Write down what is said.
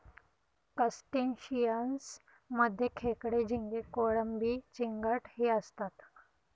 crustaceans मध्ये खेकडे, झिंगे, कोळंबी, चिंगट हे असतात